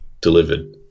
delivered